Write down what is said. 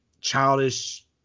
childish